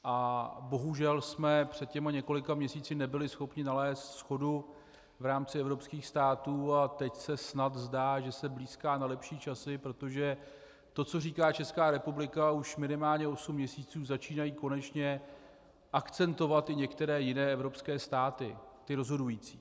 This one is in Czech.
A bohužel jsme před těmi několika měsíci nebyli schopni nalézt shodu v rámci evropských států a teď se snad zdá, že se blýská na lepší časy, protože to, co říká Česká republika už minimálně osm měsíců, začínají konečně akcentovat i některé jiné evropské státy, ty rozhodující.